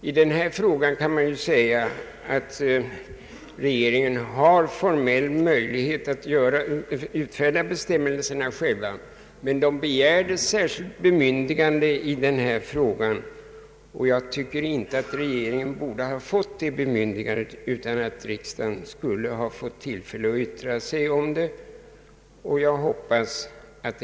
I detta fall kan man säga att regeringen har formell möjlighet att utfärda bestämmelserna själv, men den begärde särskilt bemyndigande i den här frågan. Regeringen borde inte ha erhållit det bemyndigandet utan att riksdagen fått yttra sig i frågan.